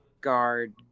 guard